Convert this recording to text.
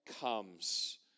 comes